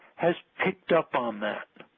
has picked up on that.